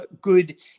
good